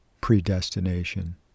Predestination